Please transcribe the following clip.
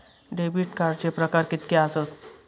Debit कार्डचे प्रकार कीतके आसत?